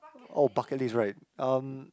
oh bucket list right um